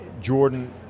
Jordan